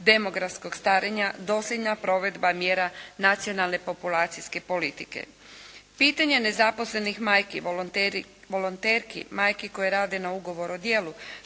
demografskog starenja dosljedna provedba mjera nacionalne populacijske politike. Pitanje nezaposlenih majki, volonterki, majki koje rade na ugovoru o djelu,